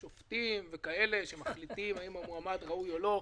בלי שופטים שמחליטים האם המועמד ראוי או לא,